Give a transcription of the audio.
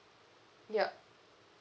yup